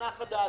נחה דעתי.